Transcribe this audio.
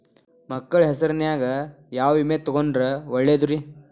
ಮಕ್ಕಳ ಹೆಸರಿನ್ಯಾಗ ಯಾವ ವಿಮೆ ತೊಗೊಂಡ್ರ ಒಳ್ಳೆದ್ರಿ?